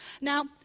Now